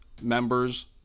members